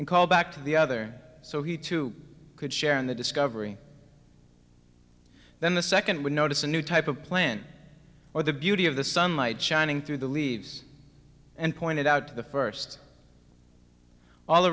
and call back to the other so he too could share in the discovery then the second would notice a new type of plant or the beauty of the sunlight shining through the leaves and pointed out the first all